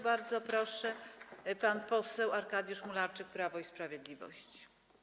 Bardzo proszę, pan poseł Arkadiusz Mularczyk, Prawo i Sprawiedliwość.